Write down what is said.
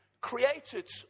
created